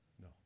no